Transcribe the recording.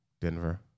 Denver